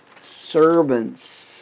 servants